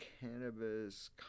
Cannabis